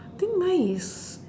I think mine is